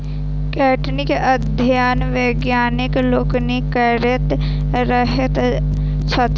काइटीनक अध्ययन वैज्ञानिक लोकनि करैत रहैत छथि